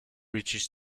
reaches